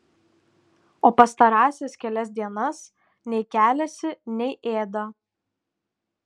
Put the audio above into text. o pastarąsias kelias dienas nei keliasi nei ėda